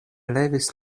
levis